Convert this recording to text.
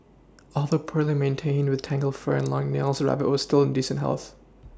although poorly maintained with tangled fur and long nails the rabbit was still in decent health